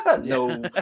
No